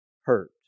hurt